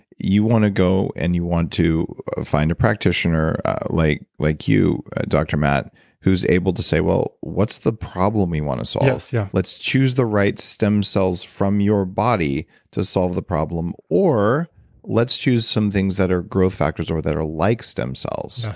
you want to go and you want to find a practitioner like like dr. matt who is able to say, well, what's the problem we want to solve? let's yeah let's choose the right stem cells from your body to solve the problem or let's choose some things that have growth factors or that are like stem cells.